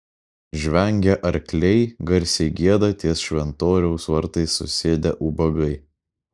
žvengia arkliai garsiai gieda ties šventoriaus vartais susėdę ubagai